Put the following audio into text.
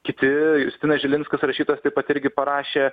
kiti justinas žilinskas rašytojas taip pat irgi parašė